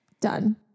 Done